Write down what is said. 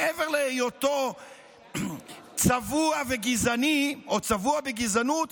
מעבר להיותו צבוע וגזעני או צבוע בגזענות,